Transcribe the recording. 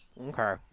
Okay